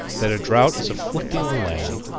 that a drought is afflicting the land,